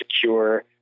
secure